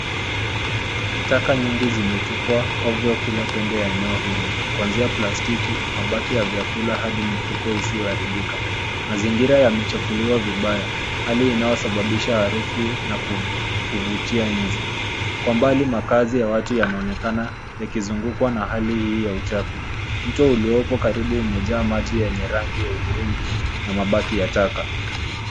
Taka nyingi zimetupwa ovyo kila pembe ya eneo hili, kuanzia plastiki, mabaki ya vyakula, hadi mifuko isiyoharibika. Mazingira yamechafuliwa vibaya, hali inayosababisha harufu na kuvutia nzi. Kwa mbali makaazi ya watu yanaonekana yakizungukwa na hali hii ya uchafu. Mto uliopo karibu umejaa maji yenye rangi ya hudhurungi na mabaki ya taka.